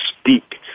speak